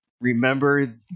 Remember